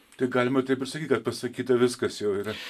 tai galima taip ir sakyt kad pasakyta viskas jau yra